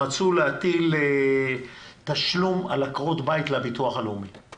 רצו להטיל תשלום לביטוח הלאומי על עקרות בית,